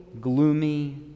gloomy